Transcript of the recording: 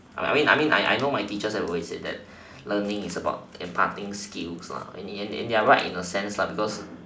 I mean I mean I I know my teacher has always said that learning is about imparting skills and and and they're right in the sense because